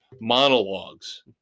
monologues